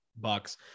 bucks